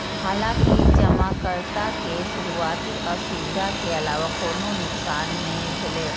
हालांकि जमाकर्ता के शुरुआती असुविधा के अलावा कोनो नुकसान नै भेलै